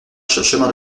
chemin